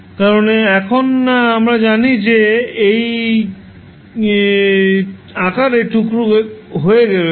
কারণ এখন আমরা জানি যে এটি এই আকারে টুকরো হয়ে গেছে